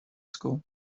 school